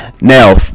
Now